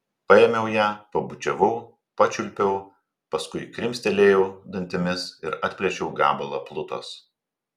paėmiau ją pabučiavau pačiulpiau paskui krimstelėjau dantimis ir atplėšiau gabalą plutos